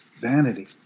vanity